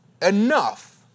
Enough